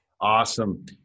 Awesome